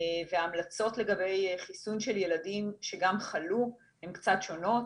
וההמלצות לגבי חיסון של ילדים שגם חלו הן קצת שונות.